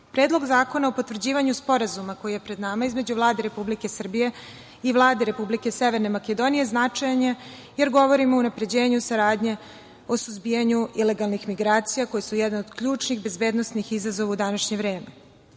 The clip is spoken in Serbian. zakona o potvrđivanju sporazuma koji je pred nama između Vlade Republike Srbije i Vlade Republike Severne Makedonije značajan je jer govori o unapređenju saradnje u suzbijanju ilegalnih migracija koje su jedna od ključnih bezbednosnih izazova u današnje vreme. Pored